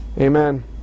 Amen